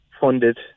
funded